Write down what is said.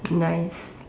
nice